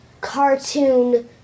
cartoon